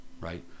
right